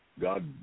God